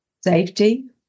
Safety